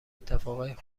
اتفاقای